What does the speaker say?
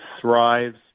thrives